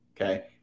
Okay